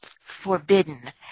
forbidden